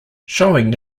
showing